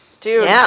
Dude